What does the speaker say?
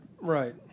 right